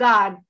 God